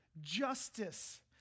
justice